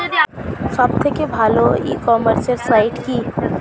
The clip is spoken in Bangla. সব থেকে ভালো ই কমার্সে সাইট কী?